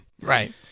right